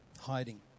hiding